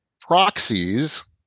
proxies